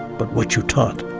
but what you taught.